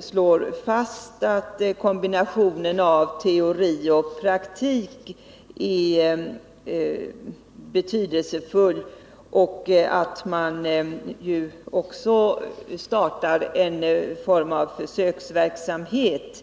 slogs fast att kombinationen av teori och praktik är betydelsefull. Jag vet också att det skall bli en form av försöksverksamhet.